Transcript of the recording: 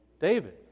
David